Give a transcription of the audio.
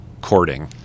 courting